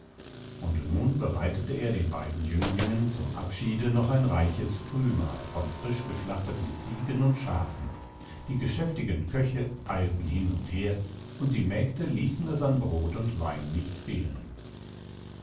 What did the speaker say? und nun bereitete er den beiden jünglingen zum abschiede noch ein reiches frühmahl von frisch geschlachteten ziegen und schafen die geschäftigen köche eilten hin und her und die mägde ließen es an brot und wein nicht fehlen